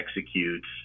executes